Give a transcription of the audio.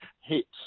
hits